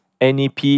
NEP